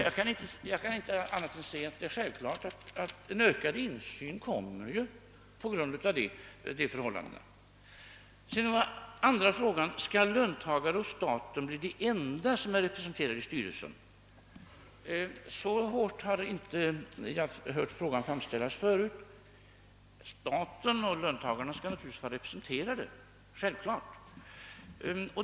Jag kan inte se annat än att det är självklart att banken på grund av detta förhållande får ökad insyn i företagen. Den andra frågan var: Skall löntagarna och staten bli de enda som är representerade i styrelsen? Så hårt har — åtminstone enligt vad jag hört — inte frågan framställts förut. Staten och löntagarna skall naturligtvis vara representerade. Det är självklart.